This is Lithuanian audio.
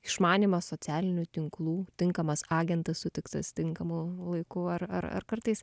išmanymas socialinių tinklų tinkamas agentas sutiktas tinkamu laiku ar ar ar kartais